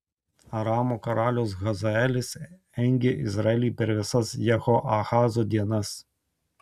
aramo karalius hazaelis engė izraelį per visas jehoahazo dienas